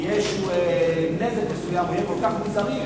בכל מקרה הנזק יהיה כל כך מזערי,